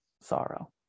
sorrow